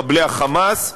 מחבלי ה"חמאס",